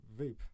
vape